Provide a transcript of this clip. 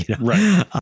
Right